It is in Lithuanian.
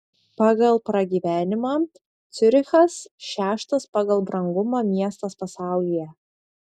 pagal pragyvenimą ciurichas šeštas pagal brangumą miestas pasaulyje